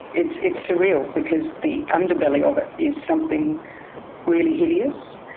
it's it's surreal because the underbelly of it is something really hideous,